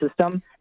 system